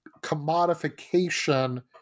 commodification